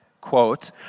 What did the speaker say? quote